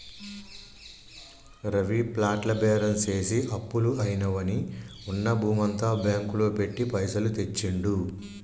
రవి ప్లాట్ల బేరం చేసి అప్పులు అయినవని ఉన్న భూమంతా బ్యాంకు లో పెట్టి పైసలు తెచ్చిండు